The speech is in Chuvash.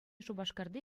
шупашкарти